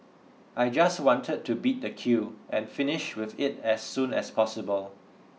I just wanted to beat the queue and finish with it as soon as possible